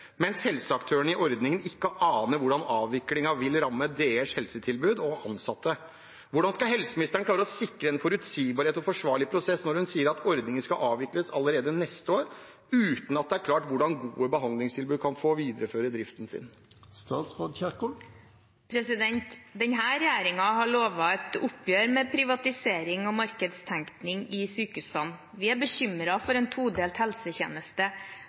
mens helseaktørene i ordningen ikke aner hvordan avviklingen vil ramme deres helsetilbud og ansatte. Hvordan skal statsråden klare å sikre en forutsigbar og forsvarlig prosess, når hun sier at ordningen skal avvikles allerede neste år uten at det er klart hvordan gode behandlingstilbud kan få videreført driften sin?» Denne regjeringen har lovet et oppgjør med privatisering og markedstenkning i sykehusene. Vi er bekymret for en todelt helsetjeneste: